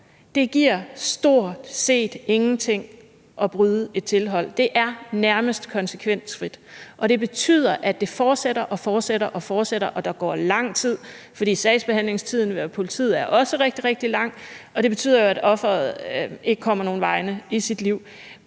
Det giver stort set ingenting at bryde et tilhold; det er nærmest konsekvensfrit. Og det betyder, at det fortsætter og fortsætter, og at der går lang tid, fordi sagsbehandlingstiden i politiet også er rigtig lang, og det betyder, at offeret ikke kommer nogen vegne i sit liv.